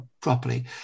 properly